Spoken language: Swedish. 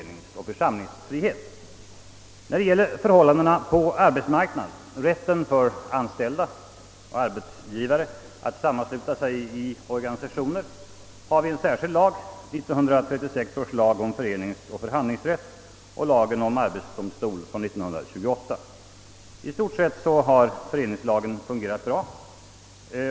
När det gäller förhållandena på arbetsmarknaden, rätten för anställda och arbetsgivare att sammansluta sig i organisationer, har vi en särskild lag, 1936 års lag om föreningsoch förhandlingsrätt, och lagen om arbetsdomstol från 1928. I stort sett har föreningsrättslagen fungerat bra.